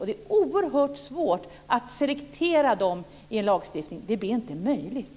Det är oerhört svårt att selektera dem i en lagstiftning. Det är inte möjligt.